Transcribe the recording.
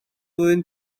flwyddyn